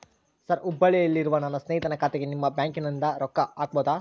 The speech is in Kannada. ಸರ್ ಹುಬ್ಬಳ್ಳಿಯಲ್ಲಿ ಇರುವ ನನ್ನ ಸ್ನೇಹಿತನ ಖಾತೆಗೆ ನಿಮ್ಮ ಬ್ಯಾಂಕಿನಿಂದ ರೊಕ್ಕ ಹಾಕಬಹುದಾ?